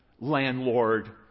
landlord